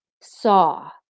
saw